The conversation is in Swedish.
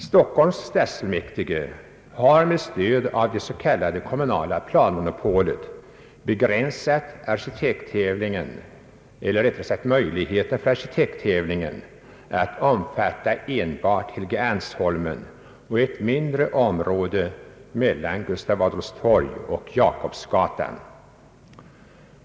Stockholms stadsfullmäktige har med stöd av det s.k. kommunala planmonopolet begränsat arkitekttävlingen — till att omfatta enbart Helgeandsholmen och ett mindre område mellan Gustav Adolfs torg och Jakobsgatan.